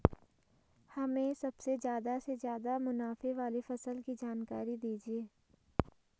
हमें सबसे ज़्यादा से ज़्यादा मुनाफे वाली फसल की जानकारी दीजिए